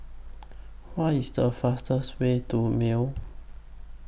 What IS The fastest Way to Male